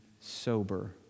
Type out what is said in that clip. sober